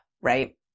right